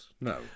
no